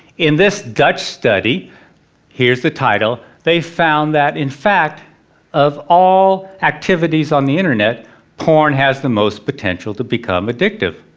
in this dutch study here's the title they found that in fact of all activities on the internet porn has the most potential to become addictive.